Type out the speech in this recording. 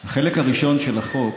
את החלק הראשון של החוק,